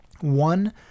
one